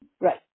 Right